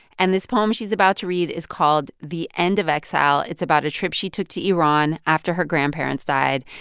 and this poem she's about to read is called the end of exile. it's about a trip she took to iran after her grandparents died.